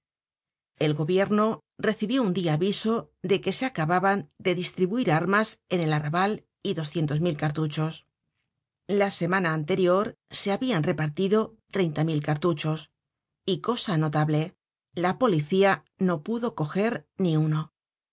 el gobierno recibió un dia aviso de que se acababan de distribuir armas en el arrabal y doscientos mil cartuchos la semana anterior sehabian repartido treinta mil cartuchos y cosa notable la policía no pudo coger ni uno